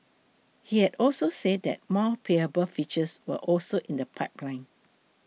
he had also said that more payable features were also in the pipeline